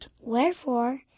Wherefore